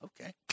Okay